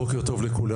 בוקר טוב לכולם.